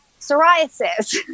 psoriasis